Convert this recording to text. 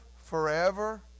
forever